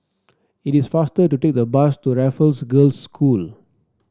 it is faster to take the bus to Raffles Girls' School